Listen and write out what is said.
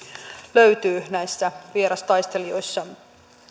löytyy näissä vierastaistelijoissa